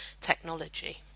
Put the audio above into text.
technology